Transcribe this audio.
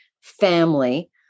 family